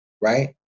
right